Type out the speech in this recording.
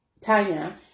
tanya